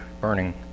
burning